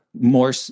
More